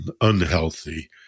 unhealthy